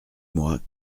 mois